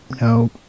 no